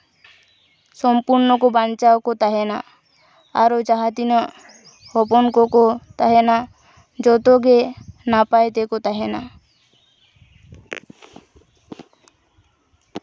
ᱥᱚᱢᱯᱩᱱᱱᱚ ᱠᱚ ᱵᱟᱧᱪᱟᱣ ᱠᱚ ᱛᱟᱦᱮᱱᱟ ᱟᱨᱚ ᱡᱟᱦᱟᱸ ᱛᱤᱱᱟᱹᱜ ᱦᱚᱯᱚᱱ ᱠᱚᱠᱚ ᱛᱟᱦᱮᱱᱟ ᱡᱚᱛᱚ ᱜᱮ ᱱᱟᱯᱟᱭ ᱛᱮᱠᱚ ᱛᱟᱦᱮᱱᱟ